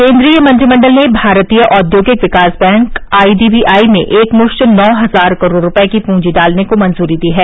केंद्रीय मंत्रिमंडल ने भारतीय औद्योगिक विकास bank I D B I में एकमुश्त नौ हजार करोड़ रुपए की पूंजी डालने को मंजूरी दी है